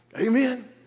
Amen